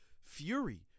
Fury